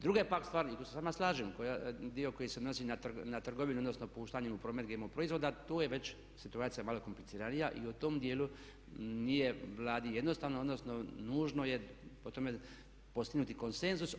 Druga je pak stvar i tu se s vama slažem dio koji se odnosi na trgovinu odnosno puštanje u promet GMO proizvoda, tu je već situacija malo kompliciranija i u tom dijelu nije Vladi jednostavno odnosno nužno je o tome postignuti konsenzus.